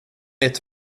ett